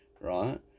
right